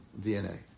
DNA